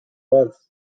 months